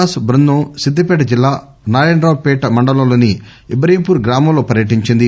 దాసు బృందం సిద్దిపేట జిల్లా నారాయణపేట మండలంలోని ఇబ్రహీంపూర్ గ్రామంలో పర్యటించింది